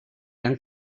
han